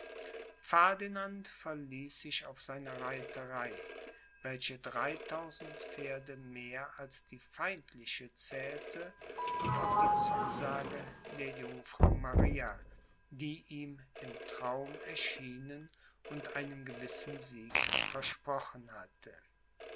ferdinand verließ sich auf seine reiterei welche dreitausend pferde mehr als die feindliche zählte und auf die zusage der jungfrau maria die ihm im traum erschienen und einen gewissen sieg versprochen hatte